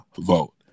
vote